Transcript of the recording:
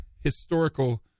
historical